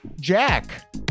Jack